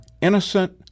innocent